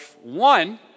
one